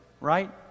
right